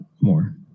more